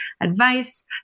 advice